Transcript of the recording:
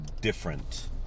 different